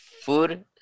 food